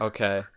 Okay